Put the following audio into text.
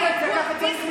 אל תקרא לי.